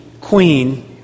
queen